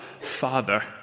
Father